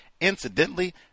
Incidentally